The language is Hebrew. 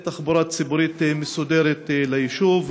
ואין תחבורה ציבורית מסודרת ליישוב.